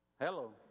Hello